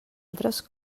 altres